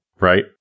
Right